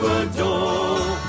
adore